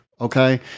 Okay